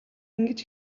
ингэж